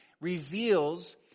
reveals